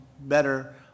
better